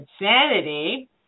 insanity